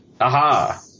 aha